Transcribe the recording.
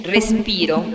Respiro